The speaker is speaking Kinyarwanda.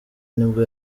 nibwo